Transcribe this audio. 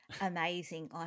amazing